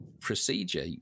procedure